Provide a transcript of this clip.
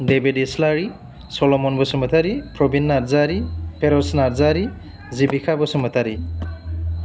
Debid Islary Salman Basumatary Prabin Narzary Feroz Narzary Jepika Basumatary